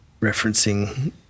Referencing